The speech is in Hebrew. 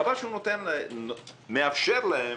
חבל שהוא מאפשר להם